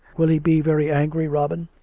will he be very angry, robin?